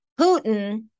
Putin